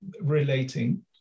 relating